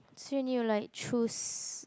swing you like truce